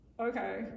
Okay